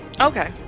Okay